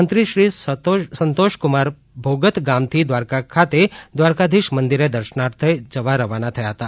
મંત્રી શ્રી સંતોષકુમાર ભોગત ગામથી દ્વારકા ખાતે દ્રારકાધીશ મંદિરે દર્શનાર્થે જવા રવાના થયા હતા